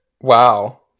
Wow